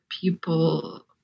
people